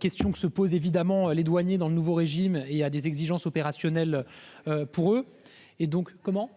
Questions que se posent évidemment les douaniers dans le nouveau régime et a des exigences opérationnelles. Pour eux, et donc comment.